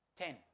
Ten